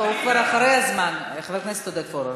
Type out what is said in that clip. לא, כבר אחרי הזמן, חבר הכנסת עודד פורר.